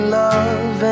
love